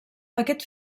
aquest